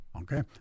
Okay